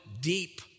deep